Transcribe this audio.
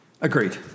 Agreed